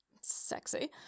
Sexy